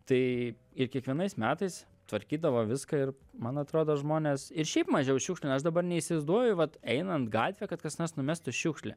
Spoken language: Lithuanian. tai ir kiekvienais metais tvarkydavo viską ir man atrodo žmonės ir šiaip mažiau šiukšlina aš dabar neįsivaizduoju vat einant gatvėj kad kas nors numestų šiukšlę